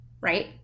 right